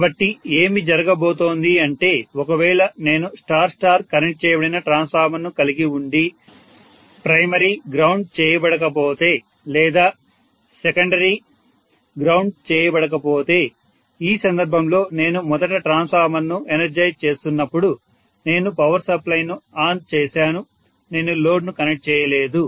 కాబట్టి ఏమి జరగబోతోంది అంటే ఒకవేళ నేను స్టార్ స్టార్ కనెక్ట్ చేయబడిన ట్రాన్స్ఫార్మర్ను కలిగి ఉండి ప్రైమరీ గ్రౌండ్ చేయబడకపోతే లేదా సెకండరీ గ్రౌండ్ చేయబడకపోతే ఈ సందర్భంలో నేను మొదట ట్రాన్స్ఫార్మర్ను ఎనర్జైజ్ చేస్తున్నప్పుడు నేను పవర్ సప్లై ను ఆన్ చేశాను నేను లోడ్ను కనెక్ట్ చేయలేదు